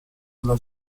della